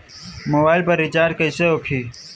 Mobile पर recharge कैसे होखी?